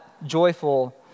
joyful